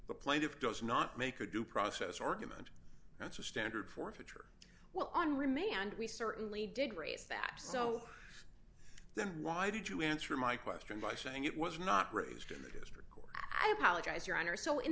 the plaintiff does not make a due process argument that's a standard forfeiture well on remand we certainly did raise that so then why did you answer my question by saying it was not raised in the district court i apologize your honor so in